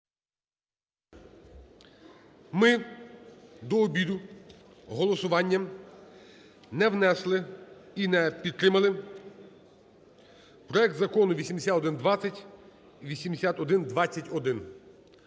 Ми до обіду голосуванням не внесли і не підтримали проект Закону 8120 і 8121.